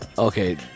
Okay